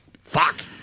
Fuck